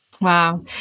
Wow